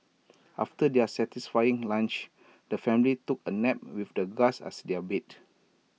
after their satisfying lunch the family took A nap with the grass as their bed